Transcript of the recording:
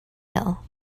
hill